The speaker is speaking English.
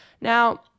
Now